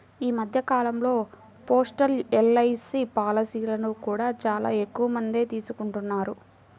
ఈ మధ్య కాలంలో పోస్టల్ ఎల్.ఐ.సీ పాలసీలను కూడా చాలా ఎక్కువమందే తీసుకుంటున్నారు